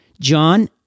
John